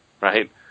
Right